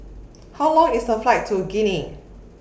How Long IS A Flight to Guinea